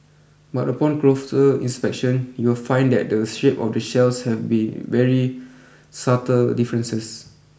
but upon closer inspection you will find that the shape of the shells have be very subtle differences